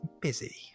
busy